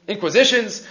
Inquisitions